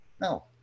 no